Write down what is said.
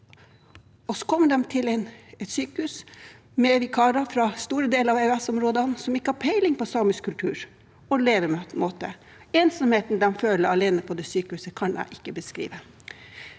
Så kommer de til et sykehus med vikarer fra store deler av EØS-området, som ikke har peiling på samisk kultur og levemåte. Ensomheten de føler alene på det sykehuset, kan jeg ikke beskrive.